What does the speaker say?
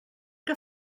que